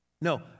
No